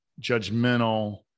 judgmental